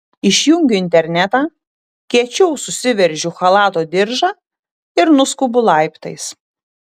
išjungiu internetą kiečiau susiveržiu chalato diržą ir nuskubu laiptais